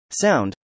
sound